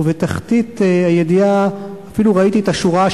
ובתחתית הידיעה אפילו ראיתי את השורה,